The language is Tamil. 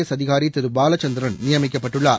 எஸ் அதிகாரி திரு பாலச்சந்திரன் நியமிக்கப்பட்டுள்ளார்